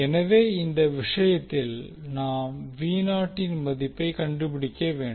எனவே இந்த விஷயத்தில் நாம் இன் மதிப்பைக் கண்டுபிடிக்க வேண்டும்